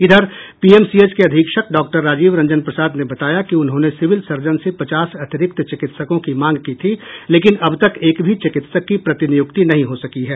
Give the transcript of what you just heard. इधर पीएमसीएच के अधीक्षक डॉक्टर राजीव रंजन प्रसाद ने बताया कि उन्होंने सिविल सर्जन से पचास अतिरिक्त चिकित्सकों की मांग की थी लेकिन अब तक एक भी चिकित्सक की प्रतिनियूक्ति नहीं हो सकी है